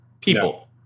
people